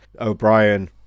O'Brien